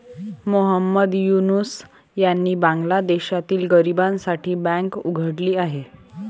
मोहम्मद युनूस यांनी बांगलादेशातील गरिबांसाठी बँक उघडली आहे